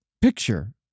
picture